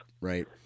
Right